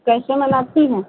कैसे मनाती हैं